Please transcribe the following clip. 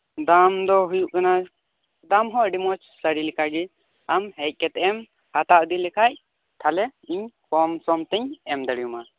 ᱫᱟᱢ ᱫᱚ ᱦᱩᱭᱩᱜ ᱠᱟᱱᱟ ᱫᱟᱢ ᱦᱚᱸ ᱟᱰᱤ ᱢᱚᱸᱡᱽ ᱥᱟᱹᱲᱤ ᱞᱮᱠᱟ ᱜᱮ ᱟᱢ ᱦᱮᱡ ᱠᱟᱛᱮᱜ ᱮᱢ ᱦᱟᱛᱟᱣ ᱤᱫᱤ ᱞᱮᱠᱷᱟᱡ ᱛᱟᱦᱞᱮ ᱤᱧ ᱠᱚᱢ ᱥᱚᱢ ᱛᱮᱧ ᱮᱢ ᱫᱟᱲᱮᱣᱟᱢᱟ